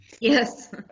Yes